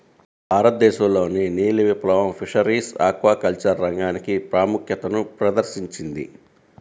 భారతదేశంలోని నీలి విప్లవం ఫిషరీస్ ఆక్వాకల్చర్ రంగానికి ప్రాముఖ్యతను ప్రదర్శించింది